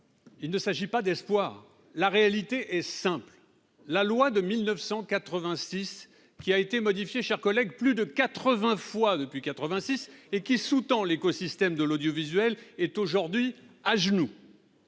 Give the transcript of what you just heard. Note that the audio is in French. il ne s'agit pas d'espoir, la réalité est simple : la loi de 1986 qui a été modifiée, chers collègues, plus de 80 fois depuis 86 et qui sous-tend l'écosystème de l'audiovisuel est aujourd'hui à genoux,